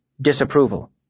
Disapproval